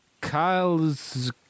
Kyle's